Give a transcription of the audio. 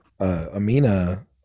Amina